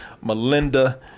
Melinda